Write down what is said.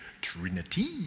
Trinity